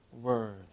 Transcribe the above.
word